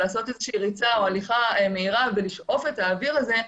לעשות ריצה או הליכה מהירה ולשאוף את האוויר הזה,